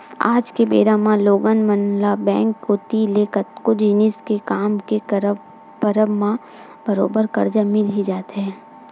आज के बेरा म लोगन मन ल बेंक कोती ले कतको जिनिस के काम के परब म बरोबर करजा मिल ही जाथे